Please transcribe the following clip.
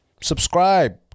subscribe